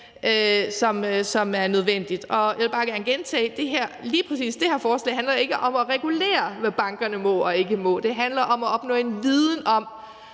som er nødvendigt. Jeg vil bare gerne gentage: Lige præcis det her forslag handler ikke om at regulere, hvad bankerne må og ikke må. Det handler om at opnå en viden om,